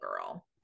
girl